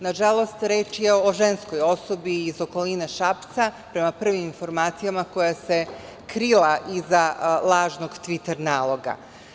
Nažalost, reč je o ženskoj osobi iz okoline Šapca, prema prvim informacija, koja se krila iza lažnog Tviter naloga.